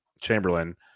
Chamberlain